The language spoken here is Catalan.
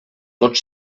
tot